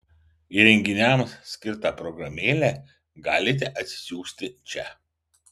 įrenginiams skirtą programėlę galite atsisiųsti čia